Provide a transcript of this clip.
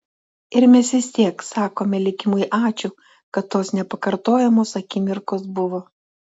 ir mes vis tiek sakome likimui ačiū kad tos nepakartojamos akimirkos buvo